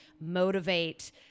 motivate